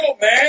man